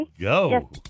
go